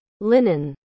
linen